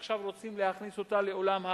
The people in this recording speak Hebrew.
ועכשיו רוצים להכניס אותה לעולם התקשורת.